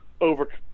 over